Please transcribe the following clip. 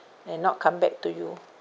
and not come back to you